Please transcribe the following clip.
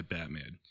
Batman